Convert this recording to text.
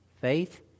Faith